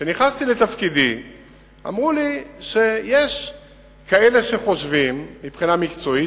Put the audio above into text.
כשנכנסתי לתפקידי אמרו לי שיש כאלה שחושבים שמבחינה מקצועית